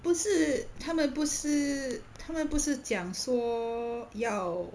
不是他们不是他们不是讲说要